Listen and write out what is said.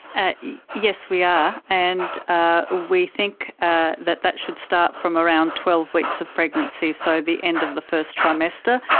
ah yeah yes, we are, and ah we think ah that that should start from around twelve weeks of pregnancy, so the end of the first trimester,